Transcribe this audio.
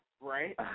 right